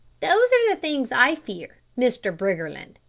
those are the things i fear, mr. briggerland.